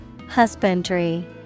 Husbandry